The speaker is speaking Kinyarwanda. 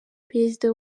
perezida